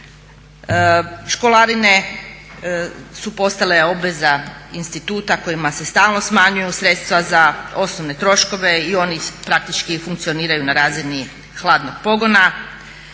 Školarine su postale obveza instituta kojima se stalno smanjuju sredstva za osnovne troškove i oni praktički funkcioniraju na razini hladnog pogona.